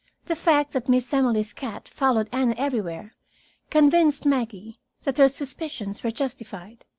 the fact that miss emily's cat followed anne everywhere convinced maggie that her suspicions were justified.